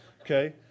okay